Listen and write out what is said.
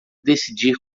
decidir